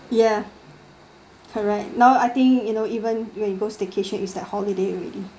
ya correct now I think you know even when you go staycation is like holiday already